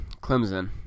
Clemson